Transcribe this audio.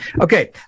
Okay